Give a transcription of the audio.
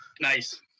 Nice